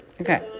okay